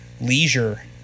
leisure